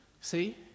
See